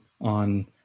on